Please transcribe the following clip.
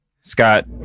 Scott